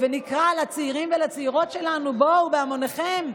ונקרא לצעירים ולצעירות שלנו: בואו בהמוניכם,